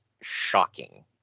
shocking